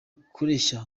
kureshya